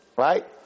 Right